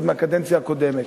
עוד מהקדנציה הקודמת.